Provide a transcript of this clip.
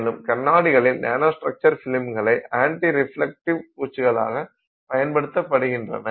மேலும் கண்ணாடிகளில் nano structure பிலிம்களை ஆண்டி ரிஃப்லக்டிவ் பூச்சுளாக பயன்படுகின்றன